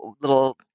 little